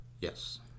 Yes